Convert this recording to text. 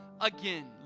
again